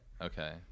Okay